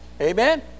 Amen